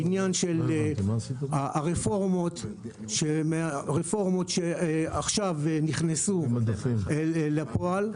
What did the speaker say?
הרפורמות שעכשיו נכנסו לפועל,